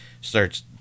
starts